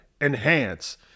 enhance